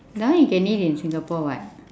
that one you can eat in singapore [what]